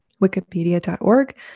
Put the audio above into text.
wikipedia.org